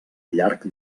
llarg